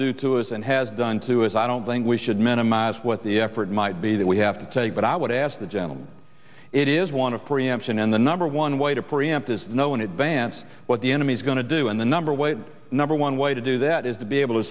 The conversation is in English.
do to us and has done to us i don't think we should minimize what the effort might be that we have to take but i would ask the general it is one of preemption and the number one way to preempt is know in advance what the enemy is going to do and the number way number one way to do that is to be able to